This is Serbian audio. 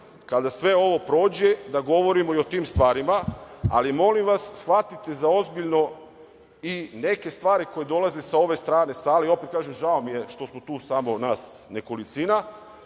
kada sve ovo prođe da govorimo i o tim stvarima, ali molim vas, shvatite za ozbiljno i neke stvari koje dolaze sa ove strane sale. Opet kažem, žao mi je što smo tu samo nas nekolicina.